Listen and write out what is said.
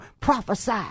prophesy